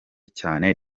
cyane